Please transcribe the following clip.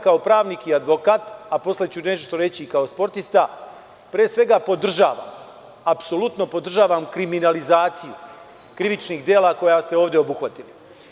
Kao pravnik i kao advokat, a posle ću nešto reći i kao sportista, pre svega podržavam, apsolutno podržavam kriminalizaciju krivičnih dela koja ste ovde obuhvatili.